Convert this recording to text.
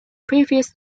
previous